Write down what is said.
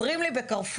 אומרים לי ב"קרפור"